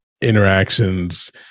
interactions